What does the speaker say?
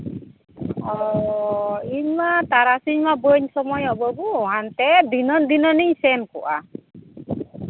ᱚᱸᱻ ᱤᱧ ᱢᱟ ᱛᱟᱨᱟᱥᱤᱧ ᱢᱟ ᱵᱟᱹᱧ ᱥᱚᱢᱚᱭᱚᱜ ᱵᱟᱹᱵᱩ ᱜᱟᱱᱛᱮ ᱫᱷᱤᱱᱟᱹᱱ ᱫᱷᱤᱱᱟᱹᱱ ᱤᱧ ᱥᱮᱱ ᱠᱚᱜᱼᱟ